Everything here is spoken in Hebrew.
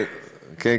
כן.